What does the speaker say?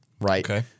Right